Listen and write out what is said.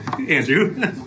Andrew